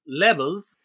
levels